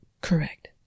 Correct